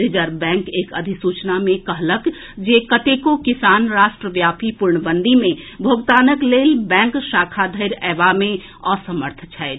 reserve bank एक अधिसूचना मे कहलक जे कतेको किसान राष्ट्रव्यापी पूर्णबंदी मे भुगतानक लेल बैंक शाखा धरि अएबा मे असमर्थ छथि